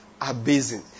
Abasing